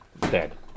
dead